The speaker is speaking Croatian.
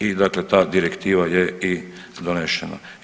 I dakle ta Direktiva je i donešena.